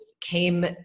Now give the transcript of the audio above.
came